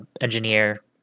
Engineer